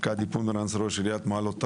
ארקדי פומרנץ, ראש עיריית מעלות-תרשיחא.